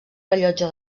rellotge